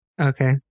Okay